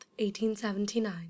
1879